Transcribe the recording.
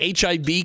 HIV